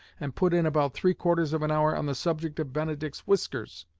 and put in about three-quarters of an hour on the subject of benedict's whiskers.